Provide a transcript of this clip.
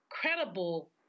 credible